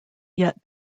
yet